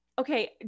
Okay